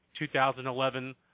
2011